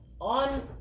on